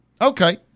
Okay